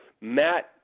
Matt